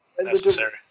necessary